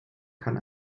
kann